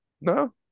No